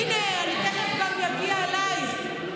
הינה, אני תכף אגיע גם אליך.